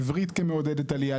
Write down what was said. עברית כמעודדת עלייה,